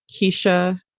Keisha